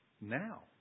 now